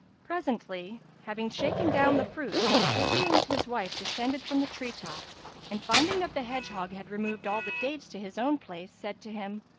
presently, having shaken down the fruits, the pigeon and his wife descended from the tree-top and finding that the hedgehog had removed all the dates to his own place, said to him,